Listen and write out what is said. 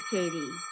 Katie